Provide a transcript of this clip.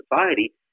society